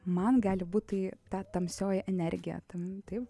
man gali būti ta tamsioji energija ten taip